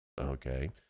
Okay